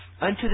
unto